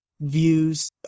Views